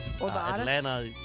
Atlanta